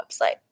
website